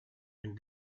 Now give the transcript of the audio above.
and